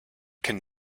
can